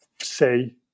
say